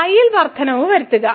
y ൽ വർദ്ധനവ് വരുത്തുക